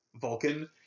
Vulcan